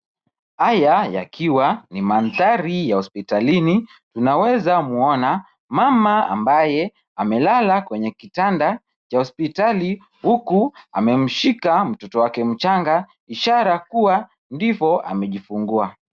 Haya yakiwa ni mandhari ya hospitalini, tunaweza muona mama ambaye amelala kwenye kitanda cha hospitali, huku amemshika mtoto wake mchanga ishara kuwa ndivyo amejifungua.